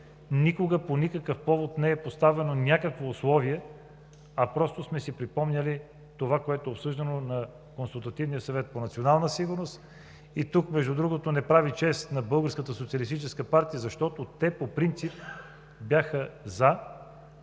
никога по никакъв повод не е поставяно някакво условие, а просто сме си припомняли това, което е обсъждано на Консултативния съвет по национална сигурност. И тук, между другото, не прави чест на Българската социалистическа